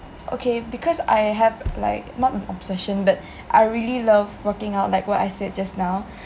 okay because I have like not an obsession but I really love working out like what I said just now